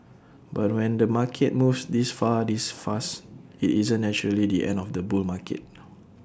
but when the market moves this far this fast IT isn't naturally the end of the bull market